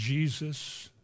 Jesus